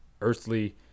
earthly